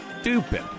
stupid